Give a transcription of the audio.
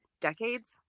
decades